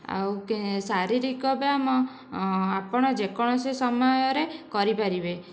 ଆଉ ଶାରିରୀକ ବ୍ୟାୟାମ ଆପଣ ଯେକୌଣସି ସମୟରେ କରିପାରିବେ